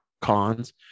cons